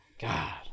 god